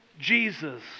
jesus